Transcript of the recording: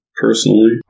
personally